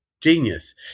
genius